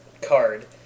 card